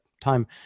time